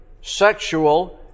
sexual